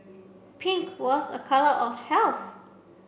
pink was a colour of health